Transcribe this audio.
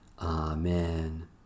Amen